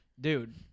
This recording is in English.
Dude